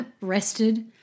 rested